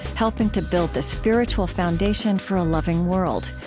helping to build the spiritual foundation for a loving world.